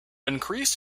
increase